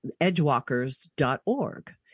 edgewalkers.org